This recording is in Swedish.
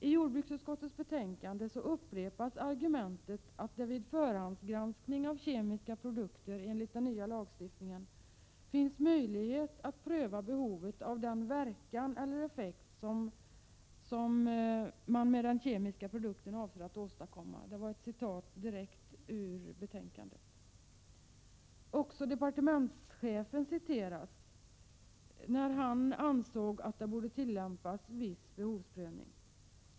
I jordbruksutskottets betänkande upprepas argumentet att det vid förhandsgranskningen av kemiska produkter enligt den nya lagstiftningen ”finns möjlighet att pröva behovet av den verkan eller effekt som man med den kemiska produkten avser att åstadkomma” — det var ett citat direkt från betänkandet. Också departementschefen citeras. Det gäller hans uttalande om att viss behovsprövning enligt hans mening borde tillämpas.